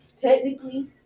technically